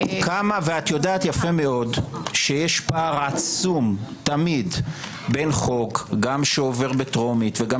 את יודעת שיש הבדל עצום תמיד בין חוק גם שעובר בטרומית וגם